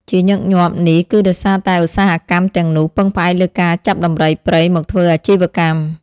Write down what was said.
ជាញឹកញាប់ នេះគឺដោយសារតែឧស្សាហកម្មទាំងនោះពឹងផ្អែកលើការចាប់ដំរីព្រៃមកធ្វើអាជីវកម្ម។